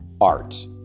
art